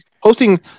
hosting